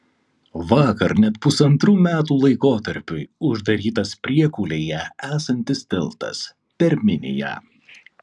vakar net pusantrų metų laikotarpiui uždarytas priekulėje esantis tiltas per miniją